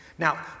Now